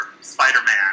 Spider-Man